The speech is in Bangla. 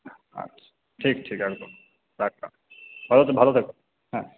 ঠিক ঠিক একদম রাখলাম ভালো থেকো হ্যাঁ